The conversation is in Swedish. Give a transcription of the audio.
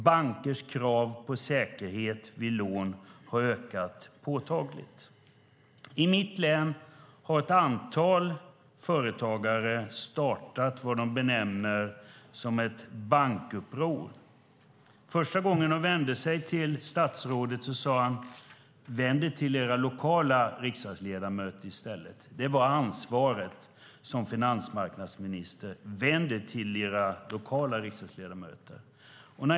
Bankers krav på säkerhet vid lån har ökat påtagligt. I mitt län har ett antal företagare startat vad de benämner ett bankuppror. Första gången de vände sig till statsrådet sade han att de skulle vända sig till sina lokala riksdagsledamöter i stället. Det var det ansvar finansmarknadsministern tog. Vänd er till era lokala riksdagsledamöter!